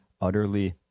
utterly